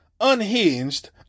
unhinged